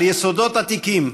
על יסודות עתיקים,